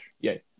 Yay